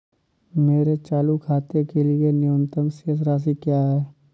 मेरे चालू खाते के लिए न्यूनतम शेष राशि क्या है?